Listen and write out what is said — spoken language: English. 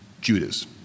Judas